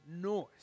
noise